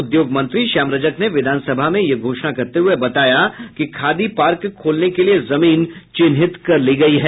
उद्योग मंत्री श्याम रजक ने विधानसभा में यह घोषणा करते हुए बताया कि खादी पार्क खोलने के लिए जमीन चिन्हित कर ली गयी है